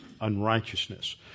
unrighteousness